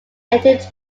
engine